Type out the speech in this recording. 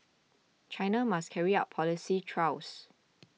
China must carry out policy trials